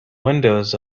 windows